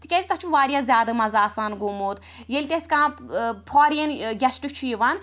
تِکیٛازِ تتھ چھُ واریاہ زیادٕ مَزٕ آسان گوٚمُت ییٚلہِ تہِ اسہِ کانٛہہ ٲں فاریَن ٲں گیٚسٹہٕ چھُ یِوان